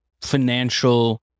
financial